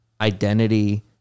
identity